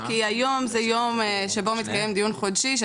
כי היום זה יום שבו מתקיים דיון חודשי של